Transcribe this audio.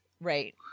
Right